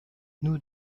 nous